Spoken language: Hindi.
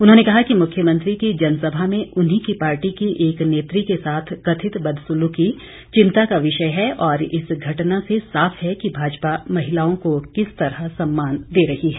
उन्होंने कहा कि मुख्यमंत्री की जनसभा में उन्हीं की पार्टी की एक नेत्री के साथ कथित बदसुलूकी चिंता का विषय है और इस घटना से साफ है कि भाजपा महिलाओं को किस तरह सम्मान दे रही है